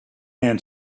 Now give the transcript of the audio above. and